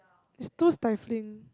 it's too stiffling